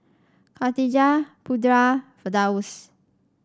Khatijah Putra Firdaus